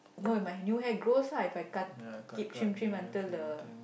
no if my new hair grows ah if I cut keep trim trim until the